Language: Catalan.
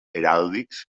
heràldics